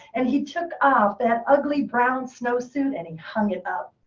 and he took off that ugly brown snowsuit, and he hung it up.